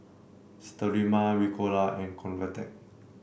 Sterimar Ricola and Convatec